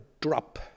drop